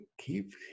keep